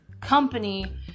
company